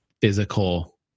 physical